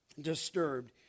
disturbed